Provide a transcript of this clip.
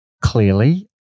clearly